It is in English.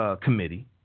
Committee